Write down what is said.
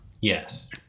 Yes